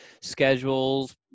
schedules